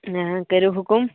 آ کٔرِو حکم